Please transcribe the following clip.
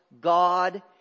God